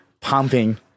pumping